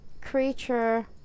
creature